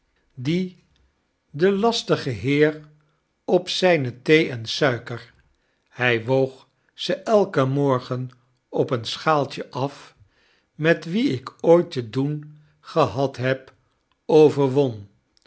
die den lastigsten heer op zyne thee en suiker hij woog ze elken morgen op een schaaltje af met wien ik ooit te doen gehad heb overwon